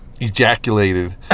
ejaculated